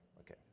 Okay